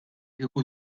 kieku